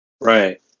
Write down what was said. right